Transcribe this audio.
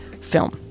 film